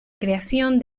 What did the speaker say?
creación